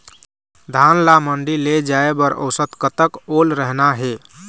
धान ला मंडी ले जाय बर औसत कतक ओल रहना हे?